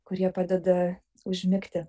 kurie padeda užmigti